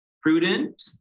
prudent